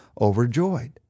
overjoyed